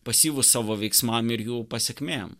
pasyvūs savo veiksmam ir jų pasekmėm